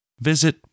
visit